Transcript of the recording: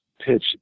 pitch